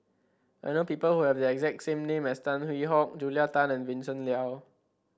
I know people who have the exact name as Tan Hwee Hock Julia Tan and Vincent Leow